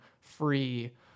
free